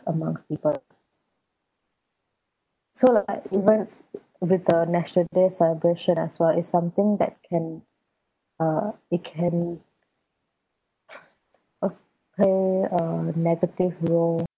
amongst people so like even with the national day celebration as well it's something that can uh it can uh play a negative role